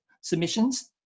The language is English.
submissions